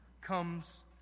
comes